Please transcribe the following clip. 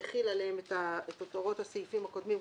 מחיל עליהם את הוראות הסעיפים הקודמים,